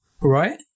right